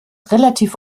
relativ